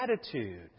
attitude